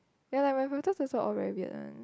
ya like my photos is all very weird one